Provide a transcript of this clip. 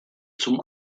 zum